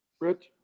Rich